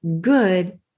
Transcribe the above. good